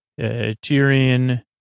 Tyrion